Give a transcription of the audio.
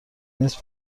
نیست